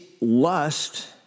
lust